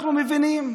אנחנו מבינים.